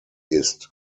ist